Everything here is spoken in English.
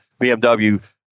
bmw